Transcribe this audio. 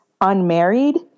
unmarried